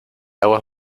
aguas